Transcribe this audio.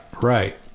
Right